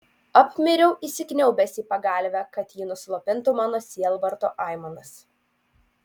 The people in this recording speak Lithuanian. apmiriau įsikniaubęs į pagalvę kad ji nuslopintų mano sielvarto aimanas